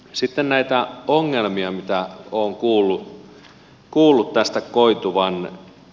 sitten näitä ongelmia mitä olen kuullut tästä koituvan